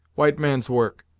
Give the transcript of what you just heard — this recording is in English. white man's work.